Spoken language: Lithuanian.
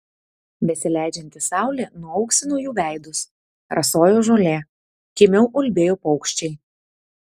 besileidžianti saulė nuauksino jų veidus rasojo žolė kimiau ulbėjo paukščiai